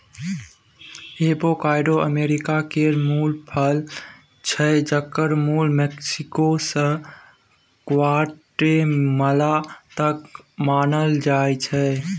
avocado America केर मुल फल छै जकर मुल मैक्सिको सँ ग्वाटेमाला तक मानल जाइ छै